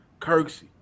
Kirksey